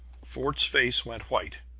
fort's face went white.